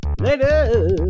Later